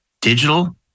digital